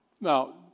Now